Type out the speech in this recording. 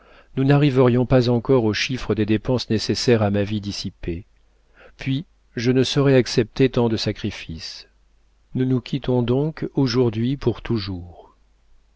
nous n'arriverions pas encore au chiffre des dépenses nécessaires à ma vie dissipée puis je ne saurais accepter tant de sacrifices nous nous quittons donc aujourd'hui pour toujours